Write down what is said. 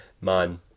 Man